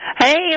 Hey